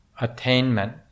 attainment